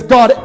God